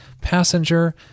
passenger